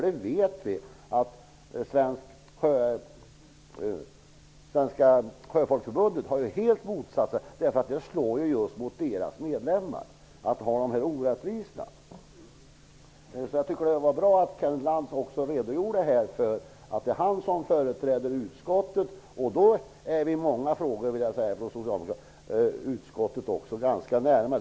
Vi vet att Svenska sjöfolksförbundet helt har motsatt sig dessa orättvisor, eftersom de slår mot just deras medlemmar. Det var bra att Kenneth Lantz redogjorde att det är han som företräder utskottet. Då är det i många frågor som vi från socialdemokraternas sida är utskottet nära.